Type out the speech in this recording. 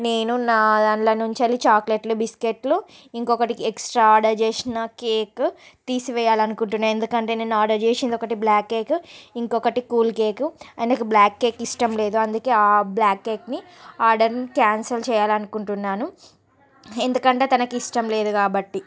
నేను నా దాంట్లో నుంచి చాక్లెట్లు బిస్కెట్లు ఇంకొకటి ఎక్స్ట్రా ఆర్డర్ చేసిన కేక్ తీసివేయాలని అనుకుంటున్నాను ఎందుకంటే నేను ఆర్డర్ చేసింది ఒకటి బ్లాక్ కేకు ఇంకొకటి కూల్ కేకు ఆయనకు బ్లాక్ కేక్ ఇష్టం లేదు అందుకే ఆ బ్లాక్ కేక్ని ఆర్డర్ ని క్యాన్సిల్ చేయాలని అనుకుంటున్నాను ఎందుకంటే తనకి ఇష్టం లేదు కాబట్టి